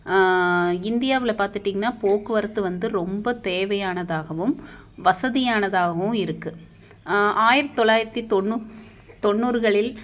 இந்தியாவில் பார்த்துட்டீங்னா போக்குவரத்து வந்து ரொம்ப தேவையானதாகவும் வசதியானதாகவும் இருக்குது ஆயிரத்து தொளாயிரத்து தொண்ணு தொண்ணூறுகளில்